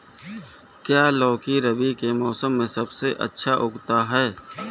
क्या लौकी रबी के मौसम में सबसे अच्छा उगता है?